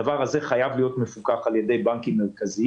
הדבר הזה חייב להיות מפוקח על ידי בנקים מרכזיים.